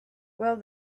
well